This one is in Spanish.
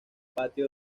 patio